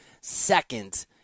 second